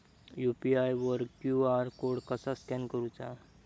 UPI वर QR code कसा scan करूचा?